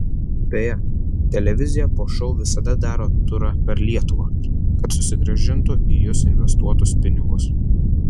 beje televizija po šou visada daro turą per lietuvą kad susigrąžintų į jus investuotus pinigus